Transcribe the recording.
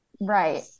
Right